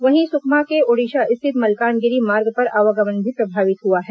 वहीं सुकमा से ओडिशा स्थित मल्कानगिरी मार्ग पर आवागमन भी प्रभावित हुआ है